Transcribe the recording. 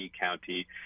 County